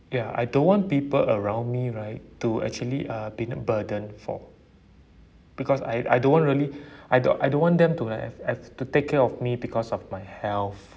ya I don't want people around me right to actually uh been a burden for because I I don't want really I don't I don't want them to like have to take care of me because of my health